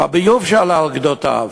הביוב עלה על גדותיו.